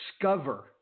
discover